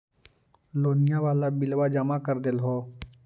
लोनिया वाला बिलवा जामा कर देलहो?